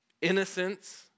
innocence